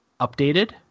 updated